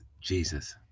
Jesus